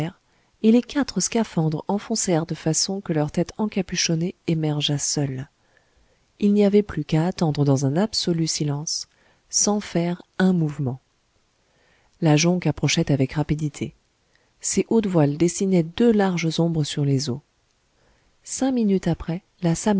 et les quatre scaphandres enfoncèrent de façon que leur tête encapuchonnée émergeât seule il n'y avait plus qu'à attendre dans un absolu silence sans faire un mouvement la jonque approchait avec rapidité ses hautes voiles dessinaient deux larges ombres sur les eaux cinq minutes après la